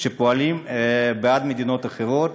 שפועלים בעד מדינות אחרות,